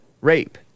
rape